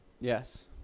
Yes